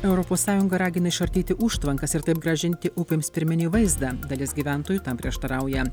europos sąjunga ragina išardyti užtvankas ir taip grąžinti upėms pirminį vaizdą dalis gyventojų tam prieštarauja